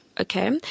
Okay